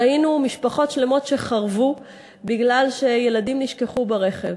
ראינו משפחות שלמות שחרבו בגלל שילדים נשכחו ברכב.